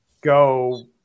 go